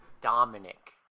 Dominic